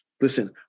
Listen